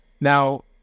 Now